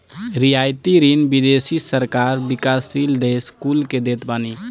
रियायती ऋण विदेशी सरकार विकासशील देस कुल के देत बानी